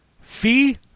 Fee